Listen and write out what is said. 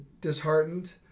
disheartened